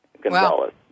Gonzalez